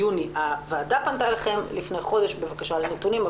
הוועדה פנתה אליכם לפני חודש בבקשה לנתונים.